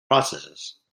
processes